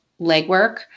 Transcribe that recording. legwork